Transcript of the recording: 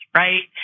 right